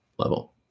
level